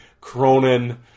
Cronin